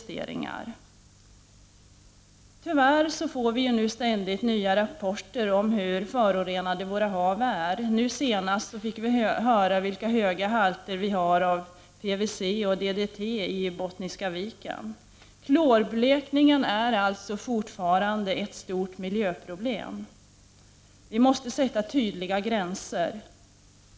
Tyvärr får vi nu ständigt in nya rapporter om hur förorenade våra hav är. Senast fick vi höra hur höga halterna av PVC och DDT är i Bottniska viken. Klorblekningen är alltså fortfarande ett stort miljöproblem. Vi måste sätta tydliga gränser.